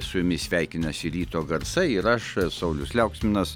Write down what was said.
su jumis sveikinasi ryto garsai ir aš saulius liauksminas